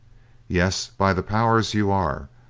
yes, by the powers, you are,